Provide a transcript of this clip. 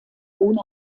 ohne